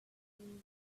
still